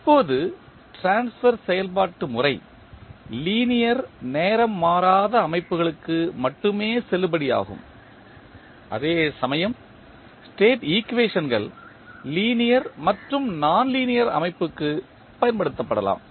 இப்போது ட்ரான்ஸ்பர் செயல்பாட்டு முறை லீனியர் நேரம் மாறாத அமைப்புகளுக்கு மட்டுமே செல்லுபடியாகும் அதே சமயம் ஸ்டேட் ஈக்குவேஷன்கள் லீனியர் மற்றும் நான் லீனியர் அமைப்புக்கு பயன்படுத்தப்படலாம்